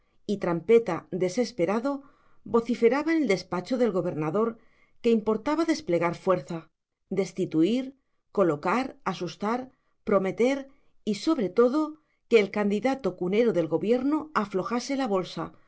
y trampeta desesperado vociferaba en el despacho del gobernador que importaba desplegar fuerza destituir colocar asustar prometer y sobre todo que el candidato cunero del gobierno aflojase la bolsa